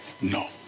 no